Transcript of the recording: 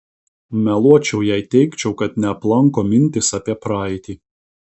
meluočiau jei teigčiau kad neaplanko mintys apie praeitį